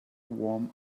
warm